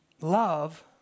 love